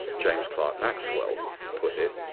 james clark maxwell put it,